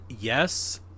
yes